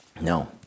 No